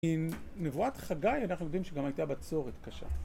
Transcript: נבואת חגי אנחנו יודעים שגם הייתה בצורת קשה.